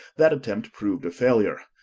that attempt proved a failure.